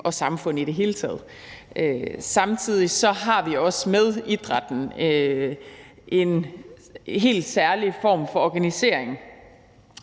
og i samfundet i det hele taget. Samtidig har vi også i idrætten en helt særlig form for organisering,